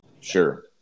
sure